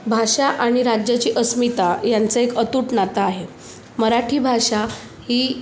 भाषा आणि राज्याची अस्मिता यांचं एक अतूट नातं आहे मराठी भाषा ही